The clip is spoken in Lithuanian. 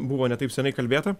buvo ne taip seniai kalbėta